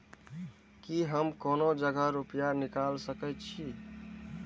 की हम कोनो जगह रूपया निकाल सके छी?